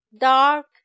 dark